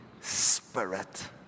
spirit